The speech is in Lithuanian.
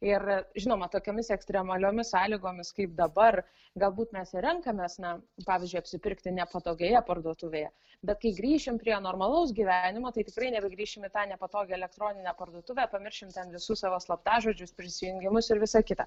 ir žinoma tokiomis ekstremaliomis sąlygomis kaip dabar galbūt mes ir renkamės na pavyzdžiui apsipirkti nepatogioje parduotuvėje bet kai grįšim prie normalaus gyvenimo tai tikrai nebegrįšim į tą nepatogią elektroninę parduotuvę pamiršim ten visus savo slaptažodžius prisijungimus ir visą kitą